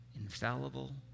infallible